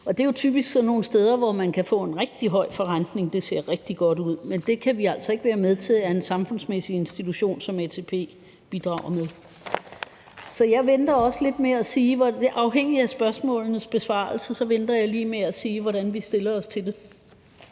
Det er jo typisk sådan nogle steder, hvor man kan få en rigtig høj forrentning, og det ser rigtig godt ud, men det kan vi altså ikke være med til at en samfundsmæssig institution som ATP bidrager til. Jeg venter lige med at sige, hvordan vi stiller os til det,